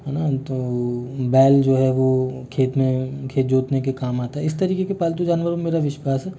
है न तो बैल जो है वो खेत में खेत जोतने के काम आता है इस तरीके के पालतू जानवरों में मेरा विश्वास है